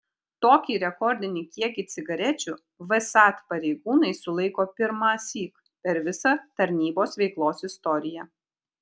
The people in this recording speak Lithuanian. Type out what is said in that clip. tokį rekordinį kiekį cigarečių vsat pareigūnai sulaiko pirmąsyk per visą tarnybos veiklos istoriją